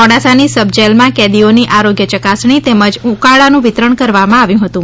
મોડાસાની sub જેલમાં કેદીઓની આરોગ્ય યકાસણી તેમજ ઉકાળાનું વિતરણ કરવામાં આવ્યું હતું